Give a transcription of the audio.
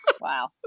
Wow